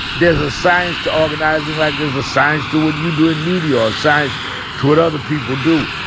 there's a science to organizing like there's a science to what you do in media or science to what other people do.